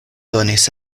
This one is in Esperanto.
donis